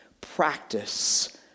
practice